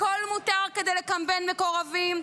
הכול מותר כדי לקמבן מקורבים?